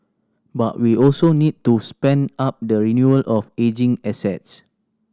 but we also need to spend up the renewal of ageing assets